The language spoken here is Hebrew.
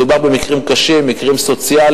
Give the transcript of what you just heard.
מדובר במקרים קשים, מקרים סוציאליים.